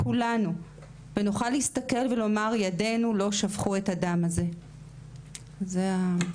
כולנו נוכל להסתכל ולומר ידינו לא שפכו את הדם הזה תודה רבה.